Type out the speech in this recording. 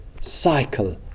cycle